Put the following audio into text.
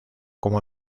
como